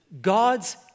God's